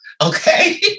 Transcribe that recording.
Okay